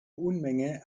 unmenge